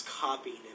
copying